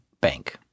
Bank